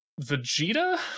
Vegeta